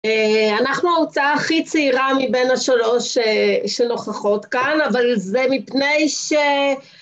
אנחנו ההוצאה הכי צעירה מבין השלוש שנוכחות כאן, אבל זה מפני ש...